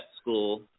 school